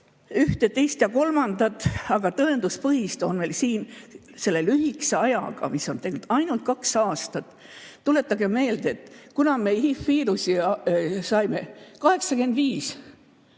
ühte, teist ja kolmandat, aga tõenduspõhist on olnud meil siin selle lühikese ajaga, mis on tegelikult ainult kaks aastat. Tuletagem meelde, et me HI-viiruse saime 1985.